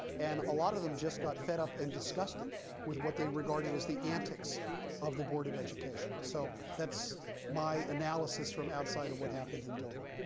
and a lot of them just got fed up and disgusted with what they regarded as the antics of the board of education. so that's my analysis from outside of what happened in dover.